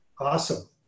Awesome